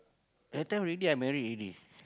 that time already I married already